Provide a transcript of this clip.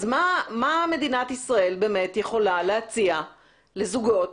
אז מה מדינת ישראל באמת יכולה להציע לזוגות,